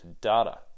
data